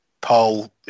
Paul